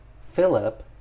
Philip